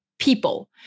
people